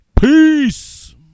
Peace